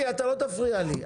אתה לא תפריע לי.